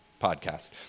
podcast